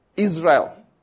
Israel